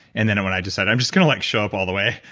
and then when i decide, i'm just going to like show up all the way,